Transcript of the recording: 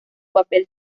papel